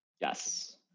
Yes